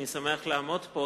אני שמח לעמוד פה.